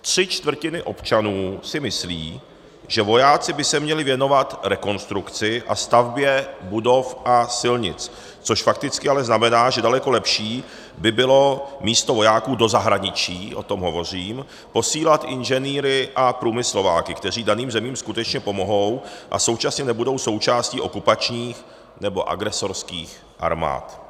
Tři čtvrtiny občanů si myslí, že vojáci by se měli věnovat rekonstrukci a stavbě budov a silnic, což fakticky ale znamená, že daleko lepší by bylo místo vojáků do zahraničí o tom hovořím posílat inženýry a průmyslováky, kteří daným zemím skutečně pomohou a současně nebudou součástí okupačních nebo agresorských armád.